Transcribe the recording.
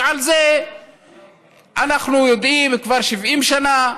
ועל זה אנחנו יודעים כבר 70 שנה,